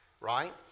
right